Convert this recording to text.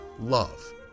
love